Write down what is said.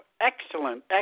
excellent